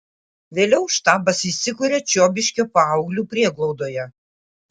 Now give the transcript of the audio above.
vėliau štabas įsikuria čiobiškio paauglių prieglaudoje